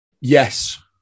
Yes